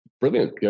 brilliant